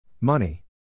Money